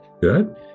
Good